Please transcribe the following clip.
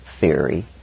theory